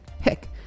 Heck